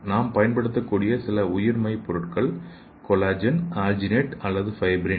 நாம் பயன்படுத்தக்கூடிய சில உயிர் மை பொருட்கள் கொலாஜன் ஆல்ஜினேட் அல்லது ஃபைப்ரின்